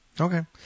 Okay